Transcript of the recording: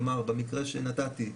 כלומר במקרה שנתתי,